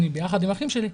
אני ביחד עם האחים שלי.